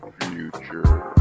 future